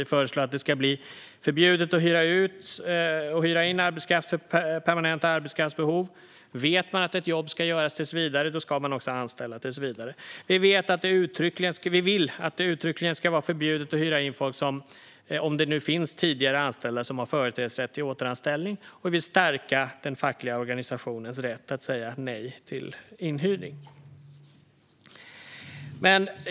Vi föreslår att det ska bli förbjudet att hyra ut och hyra in arbetskraft för permanenta arbetskraftsbehov. Vet man att ett jobb ska göras tills vidare ska man också anställa tills vidare. Vi vill att det uttryckligen ska vara förbjudet att hyra in folk om det finns tidigare anställda som har företrädesrätt till återanställning. Vi vill också stärka den fackliga organisationens rätt att säga nej till inhyrning.